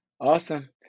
awesome